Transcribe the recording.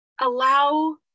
allow